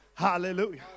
hallelujah